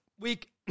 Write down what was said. Week